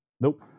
Nope